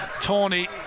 Tony